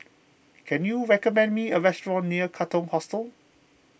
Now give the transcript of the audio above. can you recommend me a restaurant near Katong Hostel